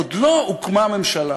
עוד לא הוקמה ממשלה,